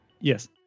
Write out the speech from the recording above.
Yes